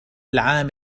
العام